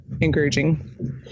encouraging